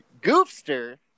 goofster